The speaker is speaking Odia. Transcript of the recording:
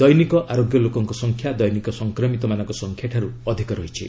ଦୈନିକ ଆରୋଗ୍ୟ ଲୋକଙ୍କ ସଂଖ୍ୟା ଦୈନିକ ସଂକ୍ରମିତମାନଙ୍କ ସଂଖ୍ୟାଠାରୁ ଅଧିକ ରହିଛି